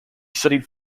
studied